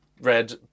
Red